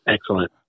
Excellent